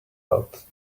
out